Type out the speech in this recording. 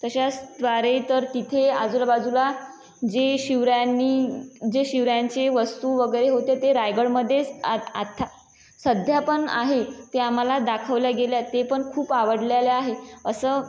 तशाच त्वारे तर तिथे आजूला बाजूला जे शिवरायांनी जे शिवरायांचे वस्तू वगैरे होते ते रायगडमध्येच आ आता सध्या पण आहे ते आम्हाला दाखवलं आहे गेल्या ते पण खूप आवडलेले आहे असं